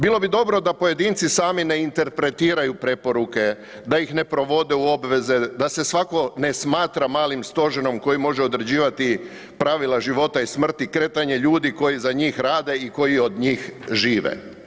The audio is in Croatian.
Bilo bi dobro da pojedinci sami ne interpretiraju preporuke, da ih ne provode u obveze, da se svatko ne smatra malim stožerom koji može određivati pravila života i smrti, kretanje ljudi koji za njih rade i koji od njih žive.